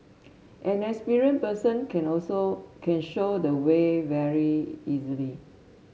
an experienced person can also can show the way very easily